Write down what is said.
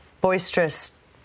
boisterous